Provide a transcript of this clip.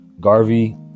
Garvey